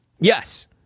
Yes